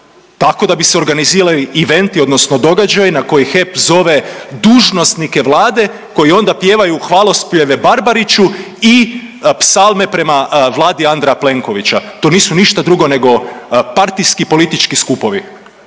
Tako da bi se organizirali eventi odnosno događaji na koje HEP zove dužnosnike Vlade koji onda pjevaju hvalospjeve Barbariću i psalme prema Vladi Andreja Plenkovića, to nisu ništa drugo nego partijski politički skupovi.